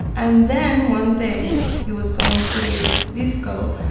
and then, one day, he was going to this disco.